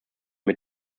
mit